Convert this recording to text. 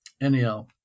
anyhow